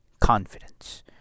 Confidence